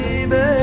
Baby